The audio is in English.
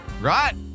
Right